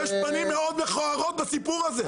יש פנים מאוד מכוערות בסיפור הזה.